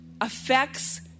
affects